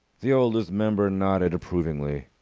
the oldest member nodded approvingly.